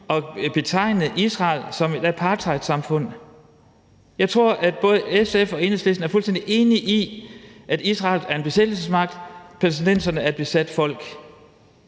at betegne Israel som et apartheidsamfund. Jeg tror, at både SF og Enhedslisten er fuldstændig enige i, at Israel er en besættelsesmagt, og at palæstinenserne er et besat folk.